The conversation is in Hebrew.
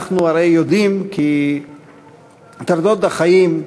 אנחנו הרי יודעים כי טרדות החיים,